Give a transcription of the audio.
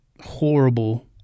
horrible